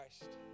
Christ